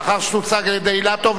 לאחר שתוצג על-ידי אילטוב,